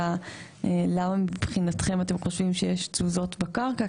למה מבחינתכם אתם חושבים שיש תזוזות בקרקע,